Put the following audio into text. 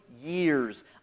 years